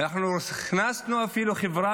ואנחנו הכנסנו אפילו חברה